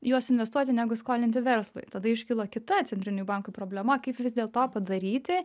juos investuoti negu skolinti verslui tada iškilo kita centriniui bankui problema kaip vis dėl to padaryti